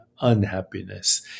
unhappiness